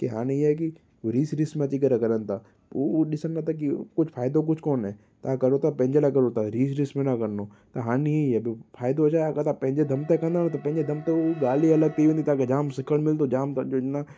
की हाञि इहा आहे की रीस रीस में अची करे करण था उ उहा ॾिसनि नथा की कुझु फ़ाइदो कुझु कोन्हे तव्हां करो था पंहिंजे लाइ करो था रीस रीस में न करिणो त हाञि इहा बि फ़ाइदो छा अगरि तव्हां पंहिंजे दम ते कंदव न त पंहिंजे दम ते हू ॻाल्हि ई अलॻि थी वेंदी तव्हांखे जाम सिखणु मिलंदो जाम गॾु न